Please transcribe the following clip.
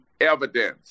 evidence